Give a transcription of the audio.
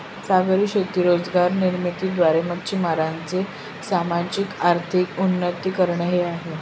सागरी शेती रोजगार निर्मिती द्वारे, मच्छीमारांचे सामाजिक, आर्थिक उन्नती करणे हे आहे